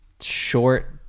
short